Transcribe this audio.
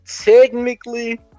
Technically